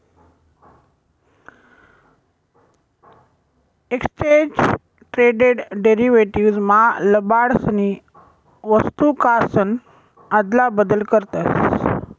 exchange traded derivatives मा लबाडसनी वस्तूकासन आदला बदल करतस